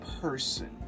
person